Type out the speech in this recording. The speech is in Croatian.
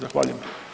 Zahvaljujem.